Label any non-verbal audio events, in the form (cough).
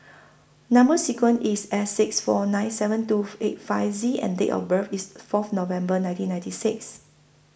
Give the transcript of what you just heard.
Number sequence IS S six four nine seven two (noise) eight five Z and Date of birth IS Fourth November nineteen ninety six